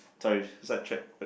sorry side track but